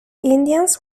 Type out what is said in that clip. indians